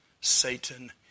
Satan